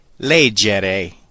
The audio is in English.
Leggere